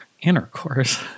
intercourse